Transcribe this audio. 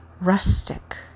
rustic